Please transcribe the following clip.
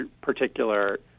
particular